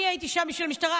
אני הייתי שם בשם המשטרה,